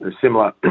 similar